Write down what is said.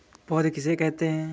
पौध किसे कहते हैं?